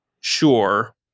sure